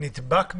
שנדבק בקורונה?